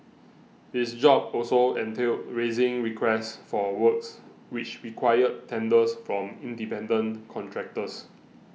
his job also entailed raising requests for works which required tenders from independent contractors